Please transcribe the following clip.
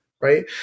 right